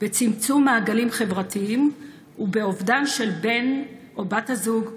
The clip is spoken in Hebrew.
בצמצום המעגלים החברתיים ובאובדן של בן או בת הזוג,